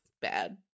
Bad